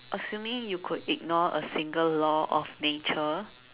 assuming you could ignore a single law of nature